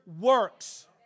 works